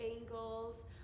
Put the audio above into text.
angles